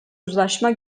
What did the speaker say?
uzlaşma